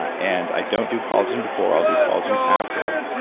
and i don't do collagen before, i'll do collagen after.